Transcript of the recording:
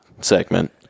segment